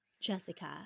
Jessica